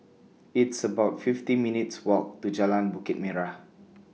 It's about fifty minutes' Walk to Jalan Bukit Merah